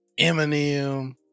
Eminem